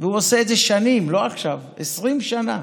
הוא עושה את זה שנים, לא עכשיו, 20 שנה.